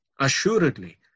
assuredly